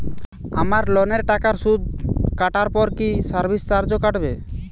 আমার লোনের টাকার সুদ কাটারপর কি সার্ভিস চার্জও কাটবে?